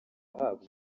ahabwa